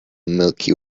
milky